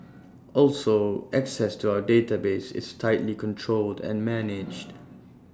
also access to our database is tightly controlled and managed